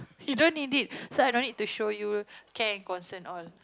he don't need it so i don't need to show you care and concern all